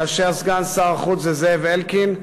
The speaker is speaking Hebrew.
כאשר סגן שר החוץ הוא זאב אלקין,